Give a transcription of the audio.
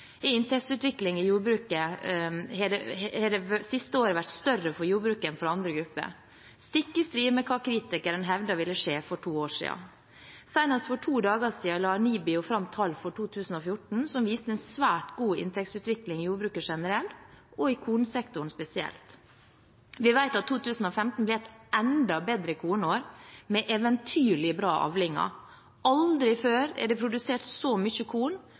i jordbruket har det siste året vært større for jordbruket enn for andre grupper, stikk i strid med hva kritikerne hevdet ville skje, for to år siden. Senest for to dager siden la NIBIO fram tall for 2014 som viste en svært god inntektsutvikling i jordbruket generelt og i kornsektoren spesielt. Vi vet at 2015 ble et enda bedre kornår med eventyrlig bra avlinger. Aldri før er det produsert så